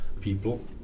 people